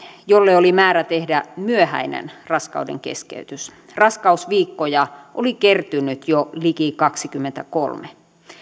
jolle oli määrä tehdä myöhäinen raskaudenkeskeytys raskausviikkoja oli kertynyt jo liki kaksikymmentäkolme